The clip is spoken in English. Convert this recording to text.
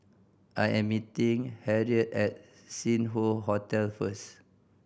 I am meeting Harriett at Sing Hoe Hotel first